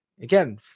again